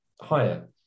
higher